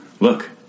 Look